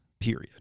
period